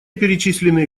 перечисленные